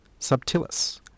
subtilis